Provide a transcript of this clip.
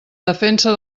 defensa